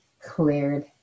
cleared